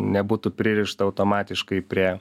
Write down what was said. nebūtų pririšta automatiškai prie